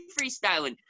freestyling